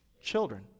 Children